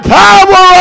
power